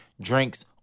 drinks